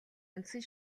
үндсэн